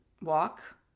walk